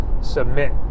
submit